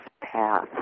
path